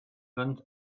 than